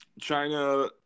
China